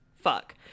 Fuck